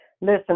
Listen